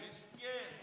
מסכן.